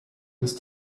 was